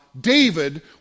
David